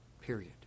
Period